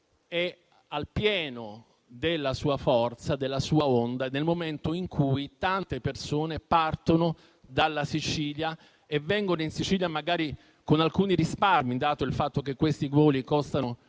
è al pieno della sua forza, della sua onda, e nel momento in cui tante persone partono dalla Sicilia e vengono in Sicilia magari con alcuni risparmi, dato il fatto che questi voli costano